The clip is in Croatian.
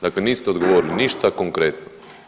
Dakle, niste odgovorili ništa konkretno.